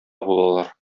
булалар